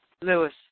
Lewis